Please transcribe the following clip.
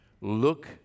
Look